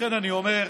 לכן אני אומר בגדול,